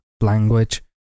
language